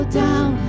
down